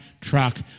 truck